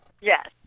Yes